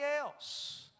else